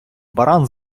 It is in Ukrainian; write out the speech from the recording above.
баран